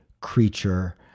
creature